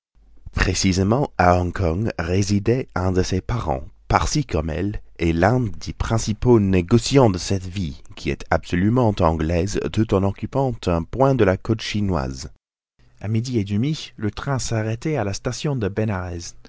précisément à hong kong résidait un de ses parents parsi comme elle et l'un des principaux négociants de cette ville qui est absolument anglaise tout en occupant un point de la côte chinoise a midi et demi le train s'arrêtait à la station de